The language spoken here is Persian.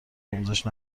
آموزش